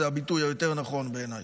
זה ביטוי נכון יותר בעיניי.